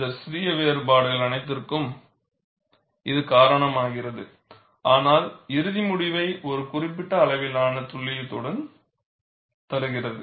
இந்த சிறிய வேறுபாடுகள் அனைத்திற்கும் இது காரணமாகிறது ஆனால் இறுதி முடிவை ஒரு குறிப்பிட்ட அளவிலான துல்லியத்துடன் தருகிறது